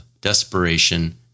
desperation